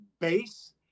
base